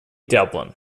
dublin